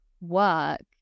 work